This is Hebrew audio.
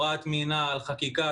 חקיקה,